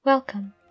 Welcome